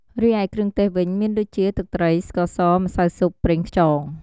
រីឯគ្រឿងទេសវិញមានដូចជា ទឹកត្រី ស្ករស ម្សៅស៊ុប ប្រេងខ្យង។